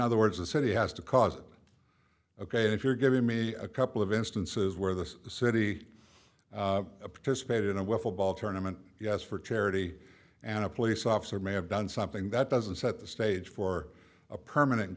other words a city has to cause ok if you're giving me a couple of instances where the city participated in a well football tournament yes for charity and a police officer may have done something that doesn't set the stage for a permanent